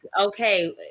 okay